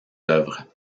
œuvres